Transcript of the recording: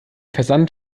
versand